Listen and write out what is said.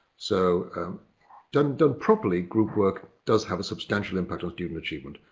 so done done properly, group work does have a substantial impact on student achievement.